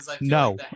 No